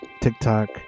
TikTok